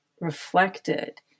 reflected